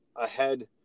ahead